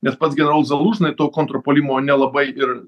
net pats generol zalūžni to kontrpuolimo nelabai ir